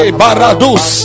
baradus